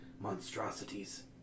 monstrosities